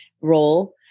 role